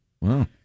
Wow